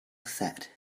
set